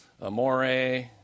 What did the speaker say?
Amore